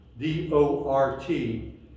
D-O-R-T